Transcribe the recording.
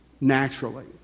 naturally